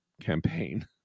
campaign